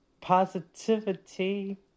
positivity